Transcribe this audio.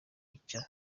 icyo